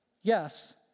yes